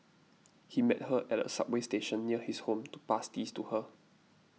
he met her at a subway station near his home to pass these to her